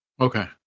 Okay